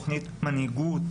תוכנית מנהיגות,